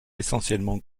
essentiellement